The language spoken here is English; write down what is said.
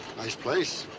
nice place.